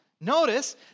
Notice